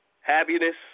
happiness